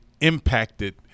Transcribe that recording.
impacted